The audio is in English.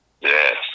Yes